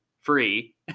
free